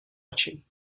oči